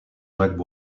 jacques